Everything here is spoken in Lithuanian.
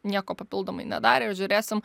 nieko papildomai nedarė ir žiūrėsim